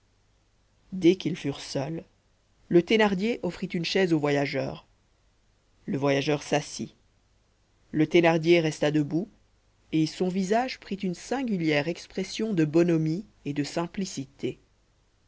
dès qu'ils furent seuls le thénardier offrit une chaise au voyageur le voyageur s'assit le thénardier resta debout et son visage prit une singulière expression de bonhomie et de simplicité